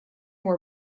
were